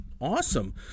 Awesome